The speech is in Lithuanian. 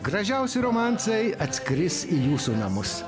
gražiausi romansai atskris į jūsų namus